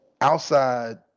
outside